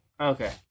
Okay